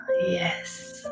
Yes